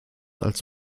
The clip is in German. als